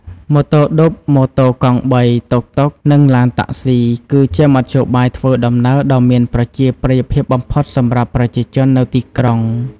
ម៉ូតូឌុប ម៉ូតូកង់បី តុកតុក និងឡានតាក់ស៊ី គឺជាមធ្យោបាយធ្វើដំណើរដ៏មានប្រជាប្រិយភាពបំផុតសម្រាប់ប្រជាជននៅទីក្រុង។